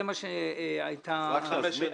רק חמש שנים.